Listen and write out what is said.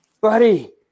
buddy